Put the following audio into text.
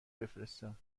بفرستم